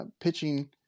pitching